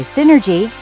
Synergy